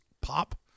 pop